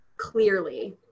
Clearly